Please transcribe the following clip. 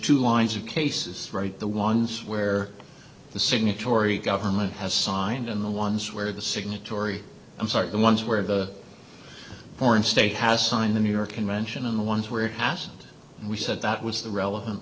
two lines of cases right the ones where the signatory government has signed and the ones where the signatory i'm sorry the ones where the foreign state has signed the new york convention and the ones where it passed we said that was the relevant